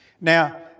Now